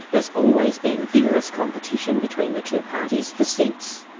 there's always been vigorous competition between the two parties for seats.